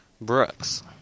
Brooks